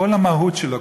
כל המהות שלו,